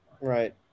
Right